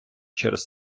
через